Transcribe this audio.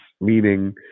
meaning